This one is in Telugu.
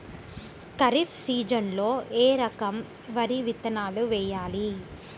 ఖరీఫ్ సీజన్లో ఏ రకం వరి విత్తనాలు వేయాలి?